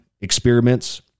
experiments